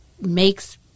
makes